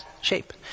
shape